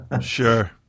Sure